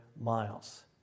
miles